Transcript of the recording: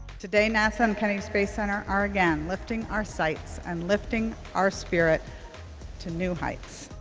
today, nasa and kennedy space center are again lifting our sights and lifting our spirits to new heights.